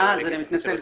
אז אני מתנצל,